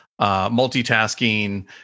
multitasking